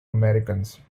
americans